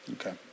Okay